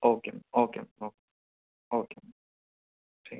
okay ma'am okay ma'am okay okay ma'am ٹھیک